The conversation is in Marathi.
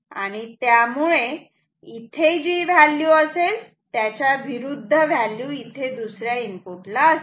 आणि त्यामुळे इथे जी व्हॅल्यू असेल त्याच्या विरुद्ध व्हॅल्यू इथे दुसऱ्या इनपुटला असेल